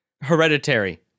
hereditary